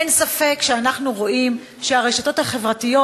אין ספק שאנחנו רואים שהרשתות החברתיות